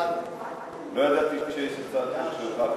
לא ידעתי שיש הצעת חוק שלך,